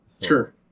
sure